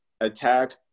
attack